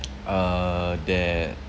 uh that